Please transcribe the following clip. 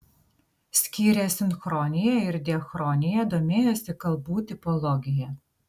skyrė sinchroniją ir diachroniją domėjosi kalbų tipologija